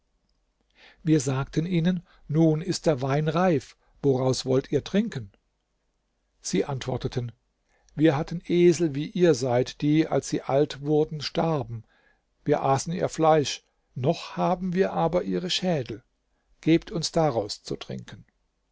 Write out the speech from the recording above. wir sagten ihnen nun ist der wein reif woraus wollt ihr trinken sie antworteten wir hatten esel wie ihr seid die als sie alt wurden starben wir aßen ihr fleisch noch haben wir aber ihre schädel gebt uns daraus zu trinken